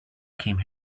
came